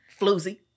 Floozy